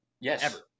yes